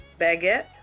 Baguette